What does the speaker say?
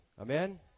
amen